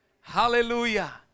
Hallelujah